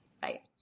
Bye